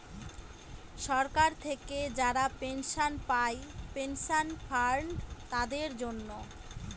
সরকার থেকে যারা পেনশন পায় পেনশন ফান্ড তাদের জন্য